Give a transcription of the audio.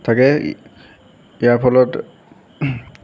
থাকে ইয়াৰ ফলত